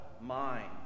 mind